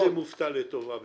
אני מה זה מופתע לטובה בזכותכם.